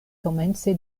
komence